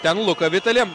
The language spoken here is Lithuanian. ten luka vitali